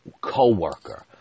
co-worker